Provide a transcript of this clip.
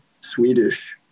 Swedish